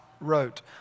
wrote